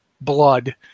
blood